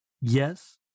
Yes